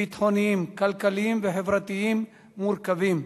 ביטחוניים, כלכליים וחברתיים מורכבים,